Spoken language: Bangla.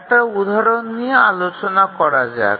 একটা উদাহরণ নিয়ে আলোচনা করা যাক